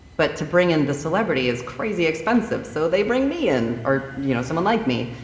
but to bring in the celebrity is crazy expensive so they bring me in or you know someone like me.